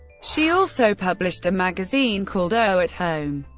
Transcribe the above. she also published a magazine called o at home.